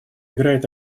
играет